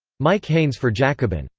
mike haynes for jacobin.